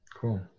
cool